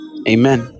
Amen